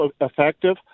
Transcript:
effective